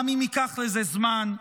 גם אם ייקח לזה זמן,